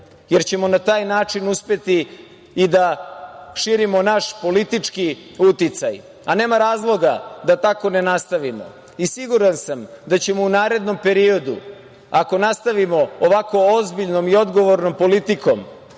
jer ćemo na taj način uspeti i da širimo naš politički uticaj. Nema razloga da tako ne nastavimo. Siguran sam da ćemo u narednom periodu, ako nastavimo ovako ozbiljnom i odgovornom politikom